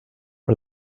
are